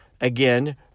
again